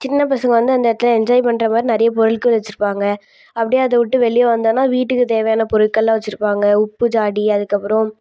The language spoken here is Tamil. சின்னப்பசங்கள் வந்து அந்த இடத்துல என்ஜாய் பண்ணுற மாதிரி நிறைய பொருட்கள் வச்சிருப்பாங்க அப்படியே அதை விட்டு வெளியே வந்தோம்ன்னா வீட்டுக்கு தேவையான பொருட்களெலாம் வச்சிருப்பாங்க உப்பு ஜாடி அதுக்கு அப்புறம்